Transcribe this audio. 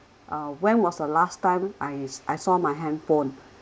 uh when was the last time I I saw my handphone